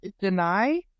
deny